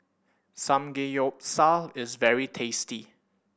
samgeyopsal is very tasty